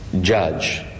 judge